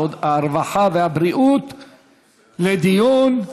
הרווחה והבריאות לדיון.